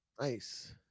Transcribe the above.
Nice